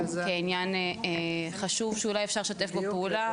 כעניין חשוב שאולי אפשר לשתף בו פעולה.